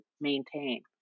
maintain